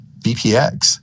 BPX